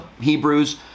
Hebrews